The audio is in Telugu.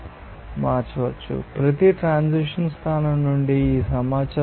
రెఫెర్ స్లయిడ్ టైమ్ 2643 ప్రతి ట్రాన్సిషన్ స్థానం నుండి ఈ సమాచారం